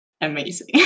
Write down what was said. amazing